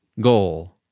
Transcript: goal